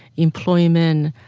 employment,